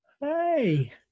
Hey